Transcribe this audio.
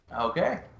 Okay